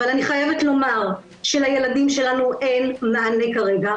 אבל אני חייבת לומר שלילדים שלנו אין מענה כרגע,